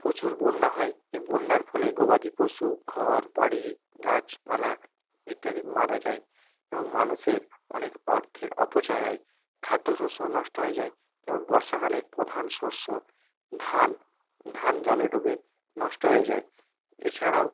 প্রচুর বন্যা হয় এই বন্যার ফলে গবাদি পশু ঘর বাড়ি গাছপালা ইত্যাদি মারা যায় এবং মানুষের অনেক অর্থের অপচয় হয় খাদ্য শস্যও নষ্ট হয়ে যায় তেমন বর্ষাকালের প্রধান শস্য ধান ধান জলে ডুবে নষ্ট হয়ে যায় এছাড়াও